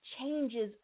changes